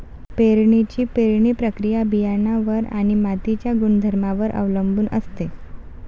पेरणीची पेरणी प्रक्रिया बियाणांवर आणि मातीच्या गुणधर्मांवर अवलंबून असते